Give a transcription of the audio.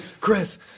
Chris